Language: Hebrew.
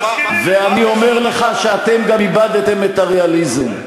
ואני אומר לך שאתם גם איבדתם את הריאליזם,